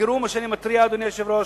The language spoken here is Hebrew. תזכרו מה שאני מתריע, אדוני היושב-ראש.